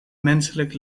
menselijk